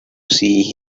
see